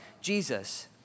Jesus